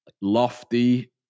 lofty